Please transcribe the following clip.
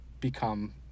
become